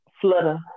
flutter